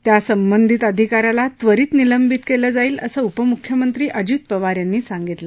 त्या संबंधित आधिकाऱ्याला त्वरित निलंबित केलं जाईल असं उपमुख्यमंत्री अजित पवार यांनी सांगितलं